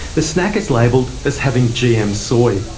the snack is labelled as having gm soy.